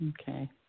Okay